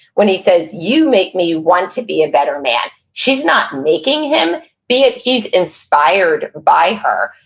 when he says, you make me want to be a better man, she's not making him be it, he's inspired by her.